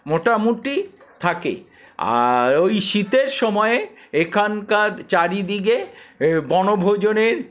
মোটামুটি থাকে আর ওই শীতের সময়ে এখানকার চারিদিকে বনভোজনের